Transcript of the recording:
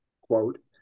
quote